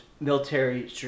Military